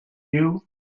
you